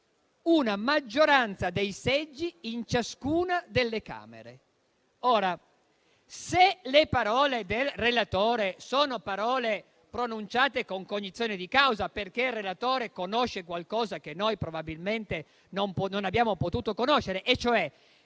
una maggioranza dei seggi in ciascuna delle Camere. Se le parole del relatore sono pronunciate con cognizione di causa, conosce qualcosa che noi probabilmente non abbiamo potuto conoscere, cioè